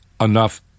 enough